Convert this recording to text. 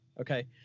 Okay